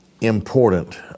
important